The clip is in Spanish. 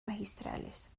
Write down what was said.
magistrales